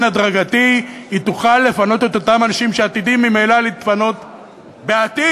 הדרגתי היא תוכל לפנות את אותם אנשים שעתידים ממילא להתפנות בעתיד.